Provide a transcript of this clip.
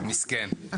מסכן.